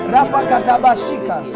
Rapakatabashika